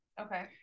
Okay